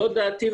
זאת דעתי,